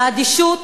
האדישות